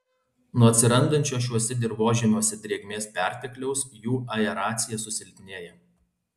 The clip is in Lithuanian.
nuo atsirandančio šiuose dirvožemiuose drėgmės pertekliaus jų aeracija susilpnėja